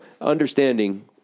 understanding